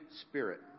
Spirit